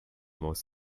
most